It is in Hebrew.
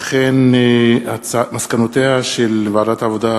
שנייה וקריאה שלישית במהירות האפשרית.